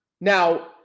Now